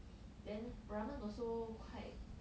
then ramen also quite